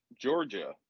Georgia